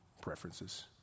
preferences